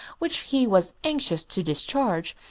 which he was anxious to discharge,